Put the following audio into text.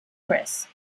chris